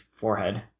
forehead